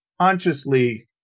consciously